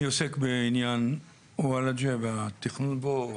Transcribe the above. אני עוסק בעניין וולאג'ה והתכנון בו, או